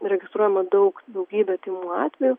registruojama daug daugybė tymų atvejų